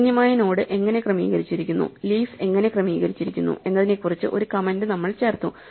ശൂന്യമായ നോഡ് എങ്ങനെ ക്രമീകരിച്ചിരിക്കുന്നു ലീഫ് എങ്ങിനെ ക്രമീകരിച്ചിരിക്കുന്നു എന്നതിനെക്കുറിച്ച് ഒരു കമെന്റ് നമ്മൾ ചേർത്തു